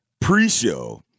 pre-show